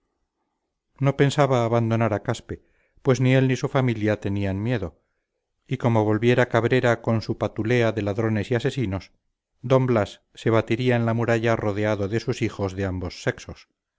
no pensaba abandonar a caspe pues ni él ni su familia tenían miedo y como volviera cabrera con su patulea de ladrones y asesinos d blas se batiría en la muralla rodeado de sus hijos de ambos sexos